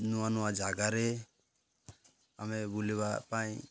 ନୂଆ ନୂଆ ଜାଗାରେ ଆମେ ବୁଲିବା ପାଇଁ